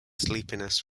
sleepiness